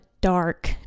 dark